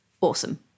awesome